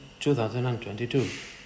2022